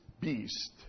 beast